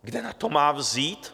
Kde na to má vzít?